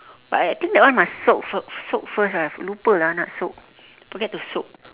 but I think that one must soap soap first right aku lupa lah nak soap I forget to soap